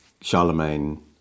Charlemagne